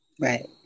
Right